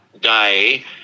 day